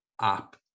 app